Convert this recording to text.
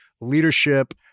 leadership